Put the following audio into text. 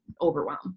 overwhelm